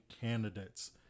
candidates